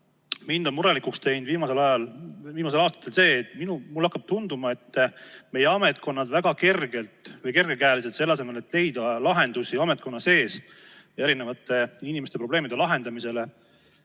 Mind on murelikuks teinud viimastel aastatel see, et mulle on hakanud tunduma, et meie ametkonnad väga kergekäeliselt selle asemel, et leida lahendusi ametkonna sees erinevate inimeste probleemide lahendamisele,